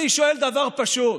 אני שואל דבר פשוט: